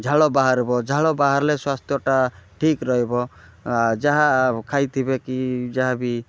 ଝାଳ ବାହାରିବ ଝାଳ ବାହାରିଲେ ସ୍ୱାସ୍ଥ୍ୟଟା ଠିକ୍ ରହିବ ଯାହା ଖାଇଥିବେକି ଯାହା ବି